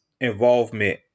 involvement